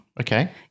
Okay